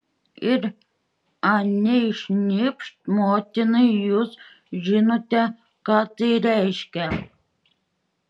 ir anei šnipšt motinai jūs žinote ką tai reiškia